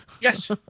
Yes